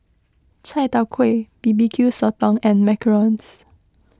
Chai Tow Kway B B Q Sotong and Macarons